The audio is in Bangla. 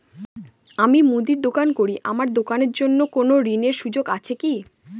আমি মুদির দোকান করি আমার দোকানের জন্য কোন ঋণের সুযোগ আছে কি?